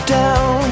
down